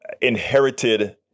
inherited